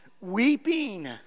weeping